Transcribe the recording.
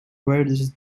weirdest